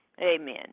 Amen